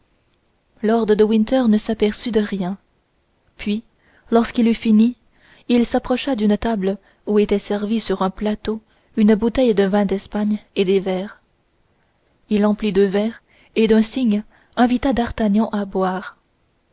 lord de winter ne s'aperçut de rien puis lorsqu'il eut fini il s'approcha d'une table où étaient servis sur un plateau une bouteille de vin d'espagne et des verres il emplit deux verres et d'un signe invita d'artagnan à boire